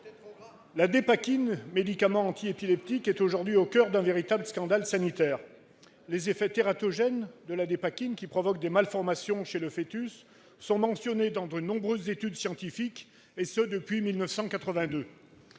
La Dépakine, médicament antiépileptique, est aujourd'hui au coeur d'un véritable scandale sanitaire. Ses effets tératogènes, qui provoquent des malformations chez le foetus, sont mentionnés dans de nombreuses études scientifiques, et cela depuis 1982.